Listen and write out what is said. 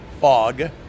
Fog